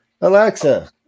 Alexa